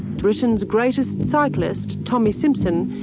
britain's greatest cyclist, tommy simpson,